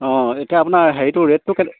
অঁ এতিয়া আপোনাৰ হেৰিটো ৰেটটো